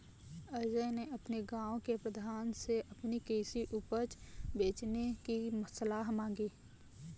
अजय ने अपने गांव के प्रधान से अपनी कृषि उपज बेचने की सलाह मांगी